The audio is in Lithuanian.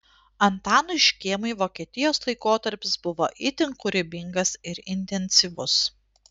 antanui škėmai vokietijos laikotarpis buvo itin kūrybingas ir intensyvus